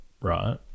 right